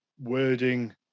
wording